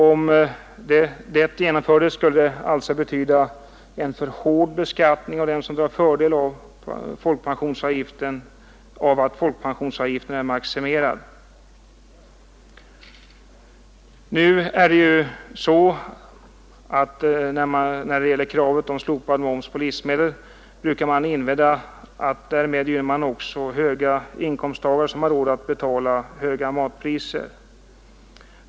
Om vårt förslag genomfördes skulle det alltså betyda en ”för hård” beskattning av dem som drar fördel av att folkpensionsavgiften är maximerad. Nu är det ju så att när det gäller kravet på slopad moms på livsmedel brukar man invända att därmed gynnas också höga inkomsttagare som har råd att betala höga matpriser.